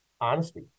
honesty